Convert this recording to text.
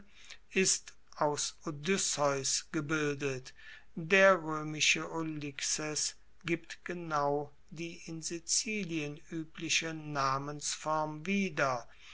ist aus odysseus gebildet der roemische ulixes gibt genau die in sizilien uebliche namensform wieder